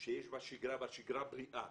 שיש בה שגרה והשגרה בריאה,